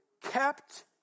kept